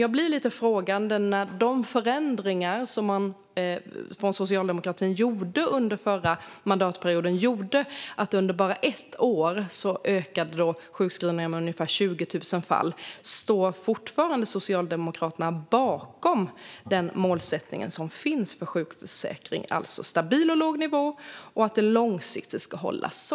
Jag blir lite frågande när de förändringar som Socialdemokraterna gjorde under förra mandatperioden innebar att under ett år ökade sjukskrivningarna med ungefär 20 000 fall. Står Socialdemokraterna fortfarande bakom målet för sjukförsäkringen, det vill säga en långsiktigt stabil och låg nivå?